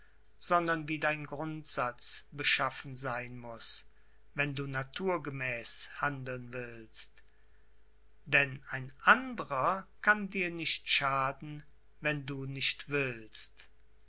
sondern wie dein grundsatz beschaffen sein muß wenn du naturgemäß handeln willst denn ein anderer kann dir nicht schaden wenn du nicht willst